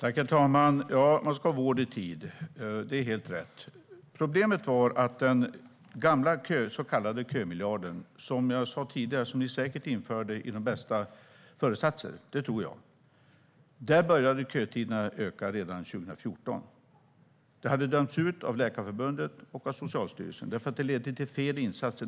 Herr talman! Man ska ha vård i tid. Det är helt rätt. Problemet var att med den gamla så kallade kömiljarden, som ni - liksom jag sa tidigare, och det tror jag på - säkert införde med de bästa föresatser, började kötiderna att öka redan 2014. Det hade dömts ut av Läkarförbundet och av Socialstyrelsen, eftersom det ledde till fel insatser.